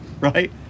Right